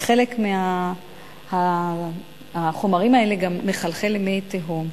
וחלק מהחומרים האלה גם מחלחל למי תהום.